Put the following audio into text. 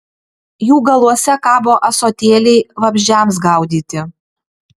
jų galuose kabo ąsotėliai vabzdžiams gaudyti